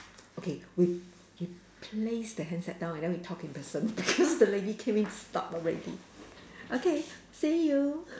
okay we we place the headset down and then we talk in person because the lady came in to stop already okay see you